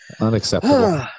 unacceptable